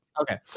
okay